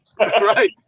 right